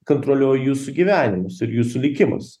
kantroliuoju jūsų gyvenimus su jūsų likimus